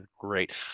great